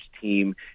team